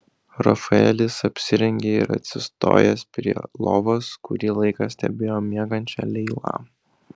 rafaelis apsirengė ir atsistojęs prie lovos kurį laiką stebėjo miegančią leilą